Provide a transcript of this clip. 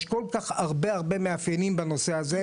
יש כל כך הרבה מאפיינים בנושא הזה,